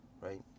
right